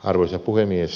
arvoisa puhemies